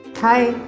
hi.